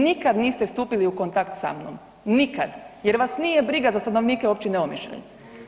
Nikad niste stupili u kontakt sa mnom, nikad jer vas nije briga za stanovnike općine Omišlja.